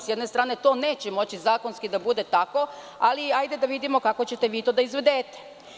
S jedne strane, to neće moći zakonski da bude tako, ali hajde da vidimo kako ćete vi to da izvedete.